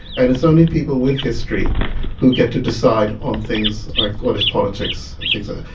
and it's only people with history who get to decide on things like what is politics and things ah